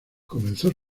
comenzó